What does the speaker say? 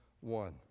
one